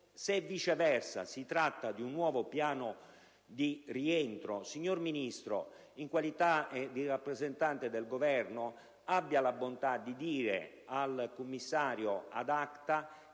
Se viceversa si tratta di un nuovo piano di rientro, signor Ministro, in qualità di rappresentante del Governo abbia la bontà di dire al commissario *ad acta*